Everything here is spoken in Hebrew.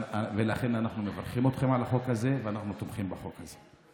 ולכן אנחנו מברכים אתכם על החוק הזה ואנחנו תומכים בחוק הזה.